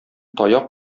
таяк